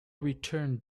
return